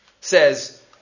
Says